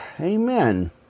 amen